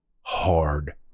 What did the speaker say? hard